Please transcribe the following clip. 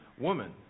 Woman